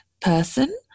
person